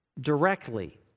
directly